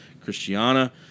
Christiana